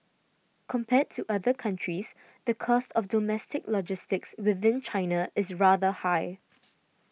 compared to other countries the cost of domestic logistics within China is rather high